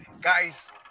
guys